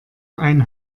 ein